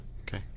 Okay